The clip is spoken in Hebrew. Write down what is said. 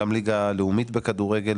גם ליגה לאומית בכדורגל